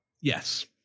Yes